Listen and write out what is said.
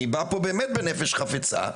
אני בא פה באמת בנפש חפצה.